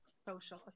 social